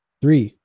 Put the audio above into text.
three